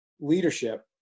leadership